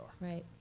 right